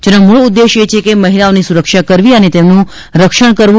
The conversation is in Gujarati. જેનો મૂળ ઉદ્દેશ એ છે કે મહિલાઓની સુરક્ષા કરવી અને તેમનું રક્ષણ કરવુ